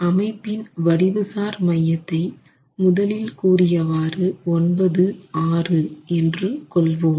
அமைப்பின் வடிவு சார் மையத்தை முதலில் கூறியவாறு xM yM 96 என்று கொள்வோம்